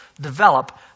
develop